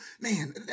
Man